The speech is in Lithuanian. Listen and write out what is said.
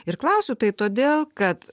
ir klausiu tai todėl kad